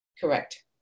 Correct